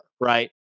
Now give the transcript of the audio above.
right